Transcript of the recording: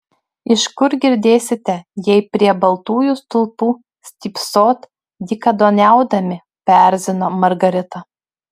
iš kur girdėsite jei prie baltųjų stulpų stypsot dykaduoniaudami paerzino margarita